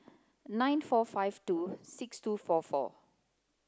nine four five two six two four four